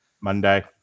Monday